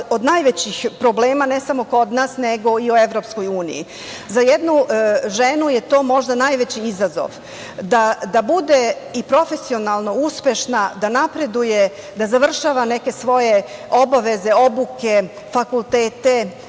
od najvećih problema, ne samo kod nas, nego i u EU.Za jednu ženu je to možda najveći izazov, da bude i profesionalno uspešna, da napreduje, da završava neke svoje obaveze, obuke, fakultete,